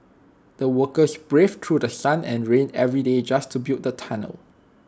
the workers braved through The Sun and rain every day just to build the tunnel